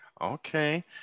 Okay